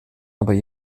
aber